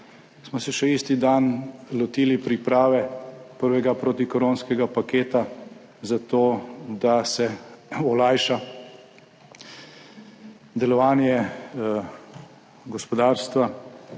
smo se še isti dan lotili priprave prvega protikoronskega paketa, zato da se olajša delovanje gospodarstva